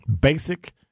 basic